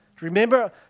Remember